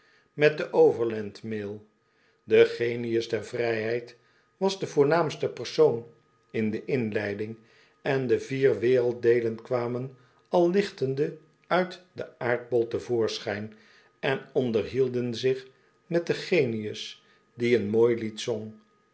met de overlandmail de genius der vrijheid was de voornaamste persoon in de inleiding en de vier werelddeelen kwamen al lichtende uit den aardbol te voorschijn en onderhielden zich met den genius die een mooi lied zong